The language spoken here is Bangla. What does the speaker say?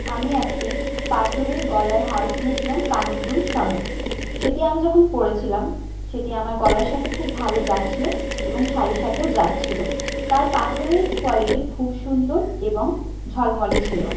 আমি একটি পাথরের গলার হার কিনেছিলাম কানের দুল সমেত সেটি আমি যখন পরেছিলাম সেটি আমার গলার সাথে খুব ভালো যাচ্ছিলো এবং শাড়ির সাথেও যাচ্ছিলো তার পাথরের কোয়ালিটি খুব সুন্দর এবং ঝলমলে ছিল